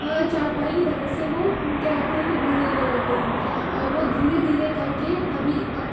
چارپائی کی طرح سے وہ کیا ہوتے ہیں کہ بنے ہوئے ہوتے ہیں اور وہ دھیرے دھیرے کر کے کبھی